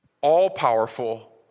All-powerful